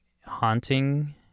haunting